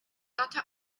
doctor